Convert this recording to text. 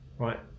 right